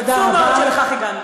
עצוב מאוד שלכך הגענו.